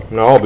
no